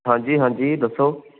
ਹਾਂਜੀ ਹਾਂਜੀ ਦੱਸੋ